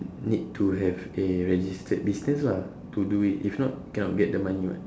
need to have a registered business lah to do it if not cannot get the money [what]